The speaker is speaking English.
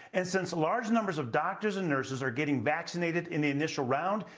and since large numbers of doctors and nurses are getting vaccinated in the initial round,